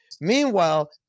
Meanwhile